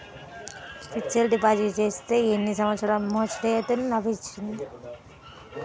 Fixed deposit చేస్తే ఎన్ని సంవత్సరంకు మెచూరిటీ లభిస్తుంది?